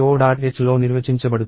hలో నిర్వచించబడుతుంది